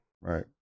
Right